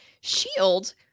Shield